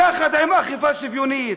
יחד עם אכיפה שוויונית.